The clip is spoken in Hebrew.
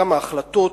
כמה החלטות,